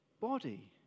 body